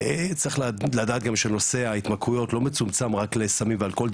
צריך לדעת גם שנושא ההתמכרויות לא מצומצם רק לסמים ואלכוהול,